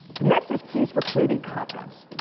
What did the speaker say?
the next is keys for creating content,